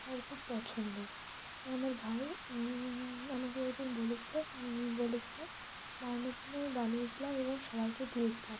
ভাইয়ের খুব পছন্দ তো আমার ভাই আমাকে এক দিন বলেছিলো বলেছিলো বানানোর জন্য আমি বানিয়েছিলাম এবং সবাইকে দিয়েছিলাম